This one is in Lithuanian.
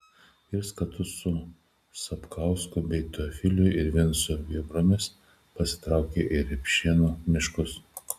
vyras kartu su sapkausku bei teofiliu ir vincu vėbromis pasitraukė į repšėnų miškus